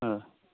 हय